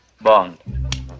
Bond